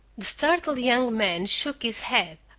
the startled young man shook his head,